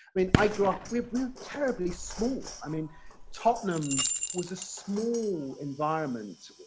i mean, i grew up, we were terribly small, i mean tottenham was a small environment,